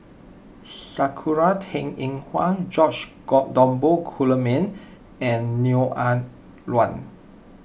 Sakura Teng Ying Hua George Dromgold Coleman and Neo Ah Luan